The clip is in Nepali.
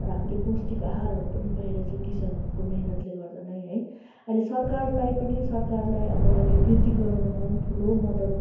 र हामीले पौष्टिक आहारहरू पनि पाइरहेका छौँ किसानहरूको मेहनतले गर्दा नै है अहिले सरकारलाई पनि सरकारलाई अब अहिले वृद्धि गराउनमा ठुलो मद्दत